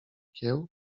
kieł